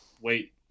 wait